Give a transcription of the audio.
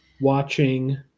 watching